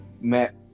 met